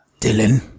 Dylan